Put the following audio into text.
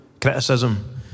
criticism